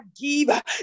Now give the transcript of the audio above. give